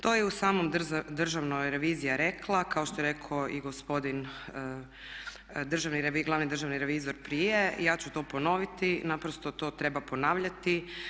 To je i sama Državna revizija rekla, kao što je rekao i gospodin glavni državni revizor prije, ja ću to ponoviti, naprosto to treba ponavljati.